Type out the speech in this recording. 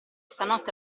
stanotte